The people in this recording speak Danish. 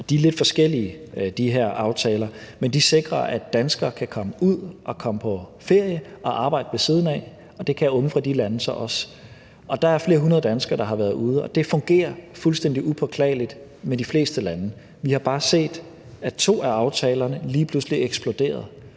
er lidt forskellige, men de sikrer, at danskere kan komme ud og komme på ferie og arbejde ved siden af, og det kan unge fra de lande så også. Der er flere hundrede danskere, der har været ude, og det fungerer fuldstændig upåklageligt med de fleste lande. Vi har bare set, at to af aftalerne lige pludselig eksploderede,